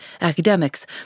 academics